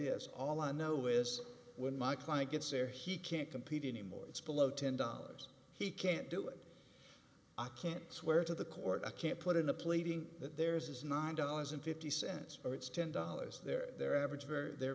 is all i know is when my client gets there he can't compete anymore it's below ten dollars he can't do it i can't swear to the court i can't put in a pleading that theirs is nine dollars and fifty cents or it's ten dollars their average for the